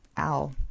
owl